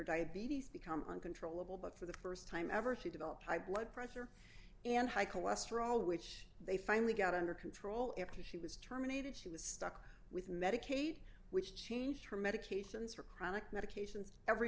diabetes become uncontrollable but for the st time ever she developed high blood pressure and high cholesterol which they finally got under control after she was terminated she was stuck with medicaid which changed her medications for chronic medications every